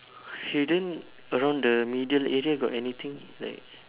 okay then around the middle area got anything like